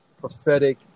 prophetic